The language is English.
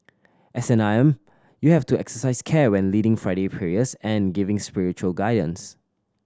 as an imam you have to exercise care when leading Friday prayers and giving spiritual guidance